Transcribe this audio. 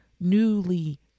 newly